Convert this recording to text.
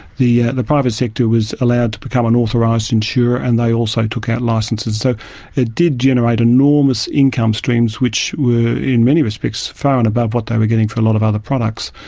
the the private sector was allowed to become an authorised insurer, and they also took out licences. so it did generate enormous income streams which were in many respects far and above what they were getting for a lot of other products.